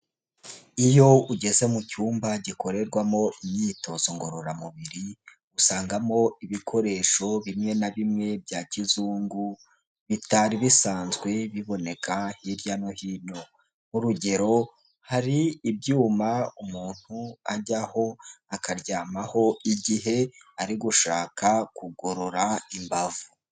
Iyo ugeze mu cyumba gikorerwamo imyitozo ngororamubiri, usangamo ibikoresho bimwe na bimwe bya kizungu, bitari bisanzwe biboneka hirya no hino. Nk'urugero hari ibyuma umuntu ajyaho akaryamaho igihe ari gushaka kugorora imbavu.